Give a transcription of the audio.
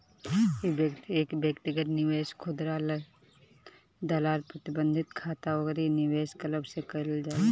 इ व्यक्तिगत निवेश, खुदरा दलाल, प्रतिबंधित खाता अउरी निवेश क्लब से कईल जाला